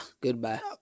Goodbye